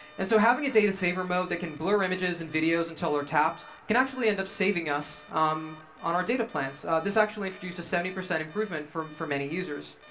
and so having a data saver mode that can blur images and videos until they're tapped can actually end up saving us um on our data plans. this actually introduced a seventy percent improvement for for many users.